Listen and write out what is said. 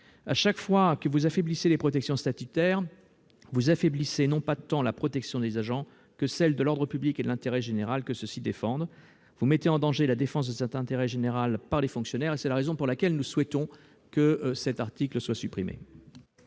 Chaque fois que vous affaiblissez les protections statutaires, vous affaiblissez non pas tant la protection des agents que celle de l'ordre public et de l'intérêt général que ceux-ci défendent. Vous mettez en danger la défense de cet intérêt général par les fonctionnaires, et c'est la raison pour laquelle nous souhaitons que cet article soit supprimé.